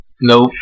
Nope